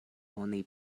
oni